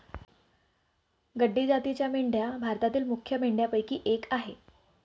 गड्डी जातीच्या मेंढ्या भारतातील मुख्य मेंढ्यांपैकी एक आह